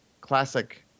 classic